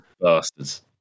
bastards